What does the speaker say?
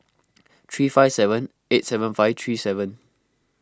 three five seven eight seven five three seven